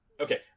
Okay